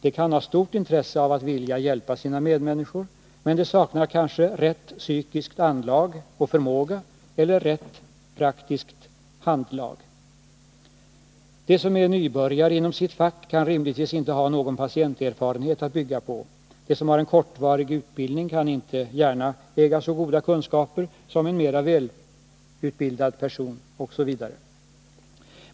De kan ha stort intresse att vilja hjälpa sina medmänniskor, men de saknar kanske rätt psykiskt anlag och förmåga eller rätt praktiskt handlag. De som är nybörjare inom sitt fack kan rimligtvis inte ha någon patienterfarenhet att bygga på. De som har en kortvarig utbildning kan inte gärna äga så goda kunskaper som en mera välutbildad person osv.